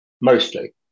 mostly